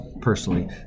personally